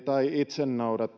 tai itse